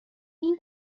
این